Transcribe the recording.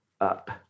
up